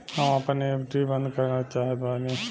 हम आपन एफ.डी बंद करना चाहत बानी